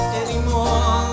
anymore